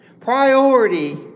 priority